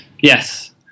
Yes